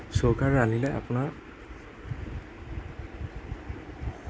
চৌকাত ৰান্ধিলে আপোনাৰ